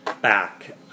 back